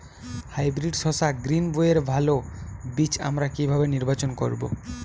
Hybrid শসা গ্রীনবইয়ের ভালো বীজ আমরা কিভাবে নির্বাচন করব?